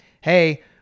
hey